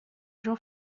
jean